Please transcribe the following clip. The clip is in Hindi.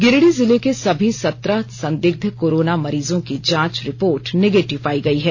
गिरिडीह जिले के समी सत्रह संदिग्ध कोरोना मरीजों की जांच रिपोर्ट नेगेटिव पायी गई है